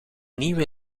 nieuwe